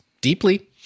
Deeply